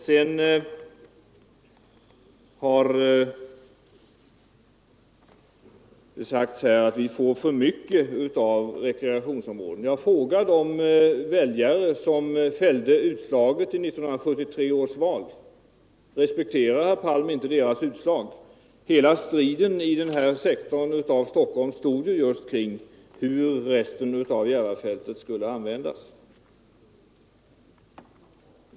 Det har sagts här att vi får för mycket av rekreationsområden. Fråga de väljare som fällde utslaget i 1973 års val! Respekterar herr Palm inte deras uttalade mening? Hela valstriden i nordvästsektorn av Stockholm stod som hetast kring frågan, hur resten av Järvafältet skulle användas.